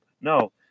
no